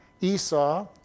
Esau